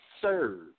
serve